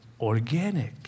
organic